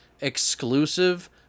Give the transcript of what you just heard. exclusive